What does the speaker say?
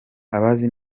abazi